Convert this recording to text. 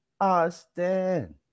Austin